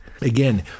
Again